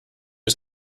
was